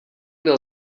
byl